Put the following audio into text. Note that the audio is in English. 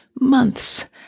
months